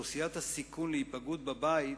אוכלוסיית הסיכון להיפגעות בבית